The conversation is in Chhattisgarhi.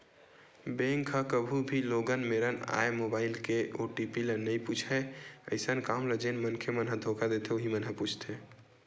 बेंक ह कभू भी लोगन मेरन आए मोबाईल के ओ.टी.पी ल नइ पूछय अइसन काम ल जेन मनखे मन ह धोखा देथे उहीं मन ह ही पूछथे